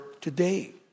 today